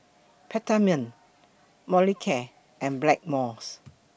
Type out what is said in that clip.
Peptamen Molicare and Blackmores